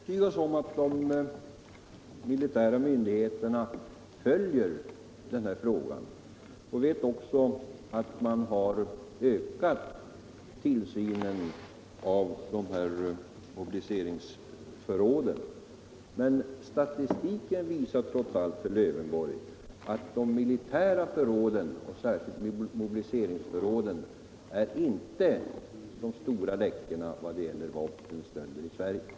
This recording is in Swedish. Herr talman! Vi har övertygat oss om att de militära myndigheterna följer denna fråga. Vi vet också att man ökat tillsynen av mobiliseringsförråden. Men statistiken visar, herr Lövenborg, att de militära förråden och då särskilt mobiliseringsförråden inte är de stora läckorna vad gäller vapenstölder i Sverige.